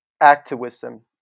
activism